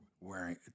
wearing